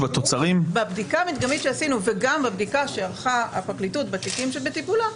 בבדיקה המדגמית שעשינו וגם בבדיקה שערכה הפרקליטות בתיקים שבטיפולה,